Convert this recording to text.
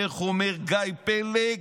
איך אומר גיא פלג?